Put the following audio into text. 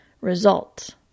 Results